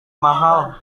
mahal